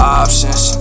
options